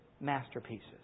masterpieces